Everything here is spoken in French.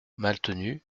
maltenu